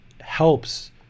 helps